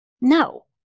no